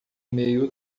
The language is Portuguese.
mail